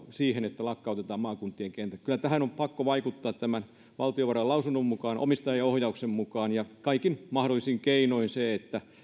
siihen että lakkautetaan maakuntien kentät kyllä tähän on pakko vaikuttaa tämän valtiovarain lausunnon mukaan omistajaohjauksen mukaan ja kaikin mahdollisin keinoin että